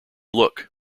look